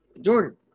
Jordan